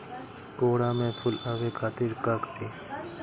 कोहड़ा में फुल आवे खातिर का करी?